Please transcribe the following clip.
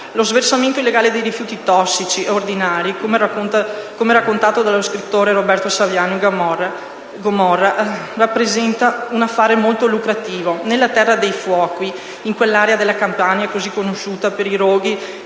Lo sversamento illegale di rifiuti tossici e ordinari, come raccontato dallo scrittore Roberto Saviano in «Gomorra», rappresenta un affare molto lucrativo. Nella «Terra dei Fuochi», quell'area della Campania così conosciuta per i roghi